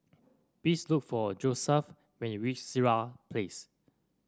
please look for Josef when you reach Sirat Place